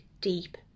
deep